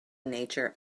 nature